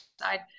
side